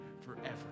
forever